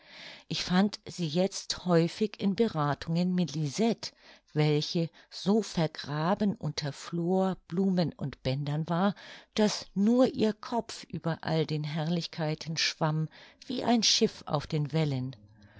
ich fand sie jetzt häufig in berathungen mit lisette welche so vergraben unter flor blumen und bändern war daß nur ihr kopf über all den herrlichkeiten schwamm wie ein schiff auf den wellen